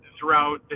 throughout